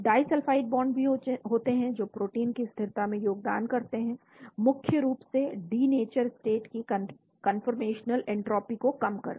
disulphide bond भी होते हैं जो प्रोटीन की स्थिरता में योगदान करते हैं मुख्य रूप से डी नेचर स्टेट की कन्फॉर्मेशनल एंट्रॉपी को कम करके